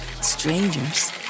Strangers